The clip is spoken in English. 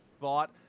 thought